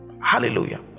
Hallelujah